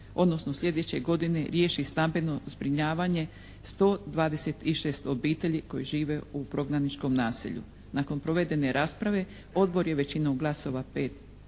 odnosno sljedeće godine riješi stambenog zbrinjavanje 126 obitelji koji žive u prognaničkom naselju. Nakon provedene rasprave odbor je većinom glasova 5